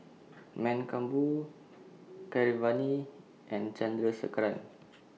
Mankombu Keeravani and Chandrasekaran